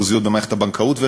הריכוזיות במערכת הבנקאות,